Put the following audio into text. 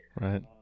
right